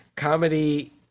Comedy